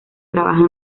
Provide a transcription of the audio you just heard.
trabaja